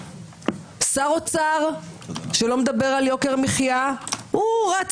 שר אוצר שלא מדברת על יוקר מחיה הוא רץ